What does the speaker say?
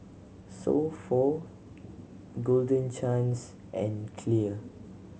So Pho Golden Chance and Clear